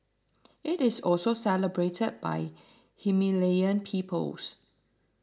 it is also celebrated by Himalayan peoples